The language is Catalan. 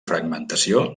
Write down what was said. fragmentació